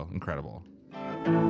Incredible